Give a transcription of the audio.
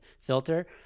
filter